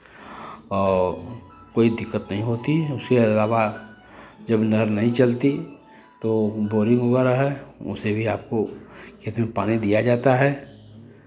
और कोई दिक्कत नहीं होती है उसके अलावा जब नहर नहीं चलती तो बोरिंग वगैरह है उसे भी आपको खेत में पानी दिया जाता है